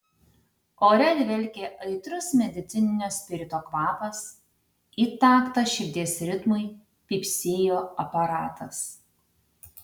ore dvelkė aitrus medicininio spirito kvapas į taktą širdies ritmui pypsėjo aparatas